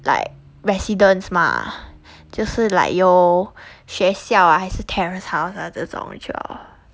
like residents 吗就是 like 有学校啊还是 terrace house 调查这种去了